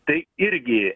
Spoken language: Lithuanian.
tai irgi